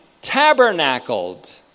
tabernacled